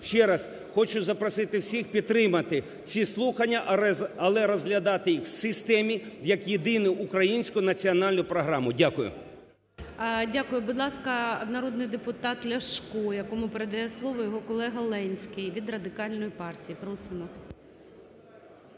Ще раз хочу запросити всіх підтримати ці слухання, але розглядати в системі як єдину українську національну програму. Дякую. ГОЛОВУЮЧИЙ. Дякую. Будь ласка, народний депутат Ляшко, якому передає слово його колега Ленський, від Радикальної партії. Просимо.